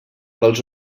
pels